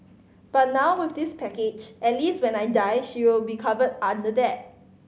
but now with this package at least when I die she will be covered under that